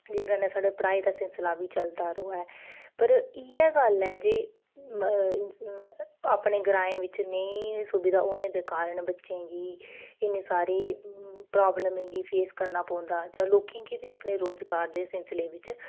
ते जेह्दे कन्नै साढ़ी पढ़ाई दा सिलसिला बी चलदा र'वै पर इ'यै गल्ल ऐ जे अपने ग्रांए च नेईं सुविधा होने दे कारण बच्चें गी इन्नी सारी प्राब्लमें गी फेस करना पौंदा लोकें गी अपने रोजगार दे सिलसिले च